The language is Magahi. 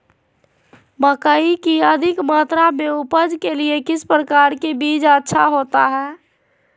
मकई की अधिक मात्रा में उपज के लिए किस प्रकार की बीज अच्छा होता है?